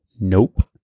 Nope